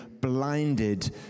blinded